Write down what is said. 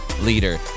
leader